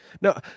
No